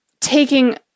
taking